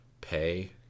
pay